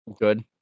good